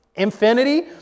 infinity